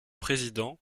président